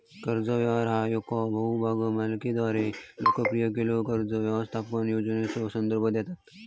कर्ज आहार ह्या येका बहुभाग मालिकेद्वारा लोकप्रिय केलेल्यो कर्ज व्यवस्थापन योजनेचो संदर्भ देतत